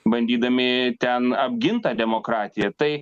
bandydami ten apgint tą demokratiją tai